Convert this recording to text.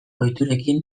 ohiturekin